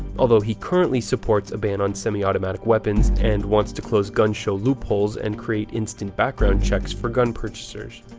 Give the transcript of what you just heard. although he currently supports a ban on semiautomatic weapons, and wants to close gun show loopholes and create instant instant background checks for gun purchasers.